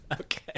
Okay